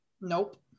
Nope